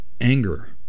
anger